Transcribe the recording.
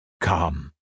Come